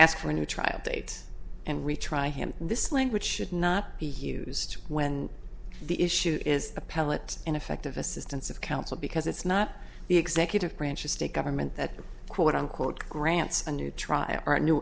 ask for a new trial date and retry him this language should not be used when the issue is appellate ineffective assistance of counsel because it's not the executive branch of state government that quote unquote grants a new trial or a new